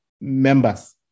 members